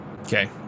Okay